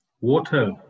Water